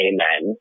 Amen